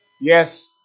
Yes